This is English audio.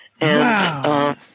Wow